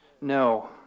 No